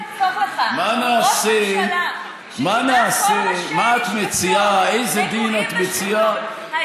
בוא אני אחסוך לך: ראש ממשלה שכמעט כל אנשי לשכתו היו